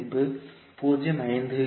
L மதிப்பை 0